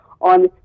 on